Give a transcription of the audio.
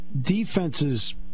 defenses